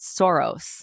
Soros